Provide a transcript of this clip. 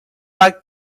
back